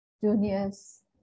juniors